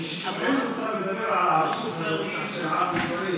אם אתה מדבר על היערכות לאומית של עם ישראל,